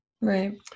Right